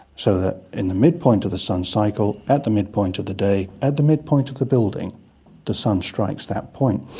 so that in the midpoint of the sun's cycle at the midpoint of the day at the midpoint of the building the sun strikes that point.